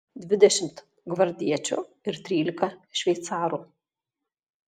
dvidešimt gvardiečių ir trylika šveicarų